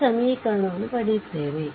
ಈ ಸಮೀಕರಣವನ್ನು ಪಡೆಯುತ್ತೇವೆ